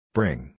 Bring